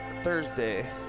thursday